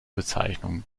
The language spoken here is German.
bezeichnung